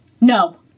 No